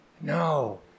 No